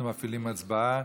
אנחנו מפעילים הצבעה.